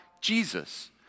Jesus